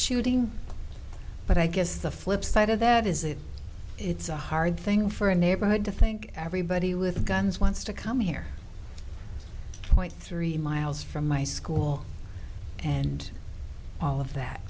shooting but i guess the flipside of that is that it's a hard thing for a neighborhood to think everybody with guns wants to come here point three miles from my school and all of that